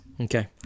Okay